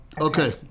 Okay